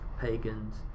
pagans